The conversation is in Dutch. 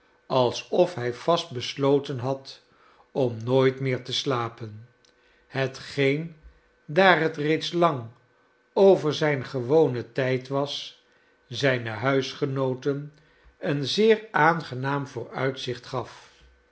alsof hij vast besloten had om nooit meer te slapen hetgeen daar het reeds lang over zijn gewonen tijd was zijne huisgenooten een zeer aangenaam vooruitzicht gaf